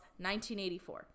1984